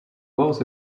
was